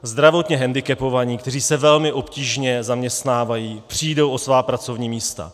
Zdravotně hendikepovaní, kteří se velmi obtížně zaměstnávají, přijdou o svá pracovní místa.